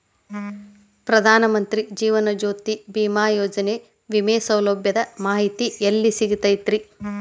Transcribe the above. ಪ್ರಧಾನ ಮಂತ್ರಿ ಜೇವನ ಜ್ಯೋತಿ ಭೇಮಾಯೋಜನೆ ವಿಮೆ ಸೌಲಭ್ಯದ ಮಾಹಿತಿ ಎಲ್ಲಿ ಸಿಗತೈತ್ರಿ?